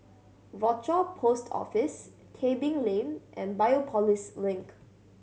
Rochor Post Office Tebing Lane and Biopolis Link